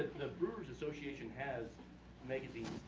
the brewers association has magazines,